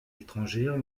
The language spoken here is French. étrangères